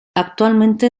actualmente